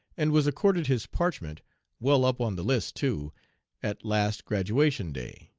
and was accorded his parchment well up on the list, too at last graduation day.